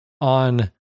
on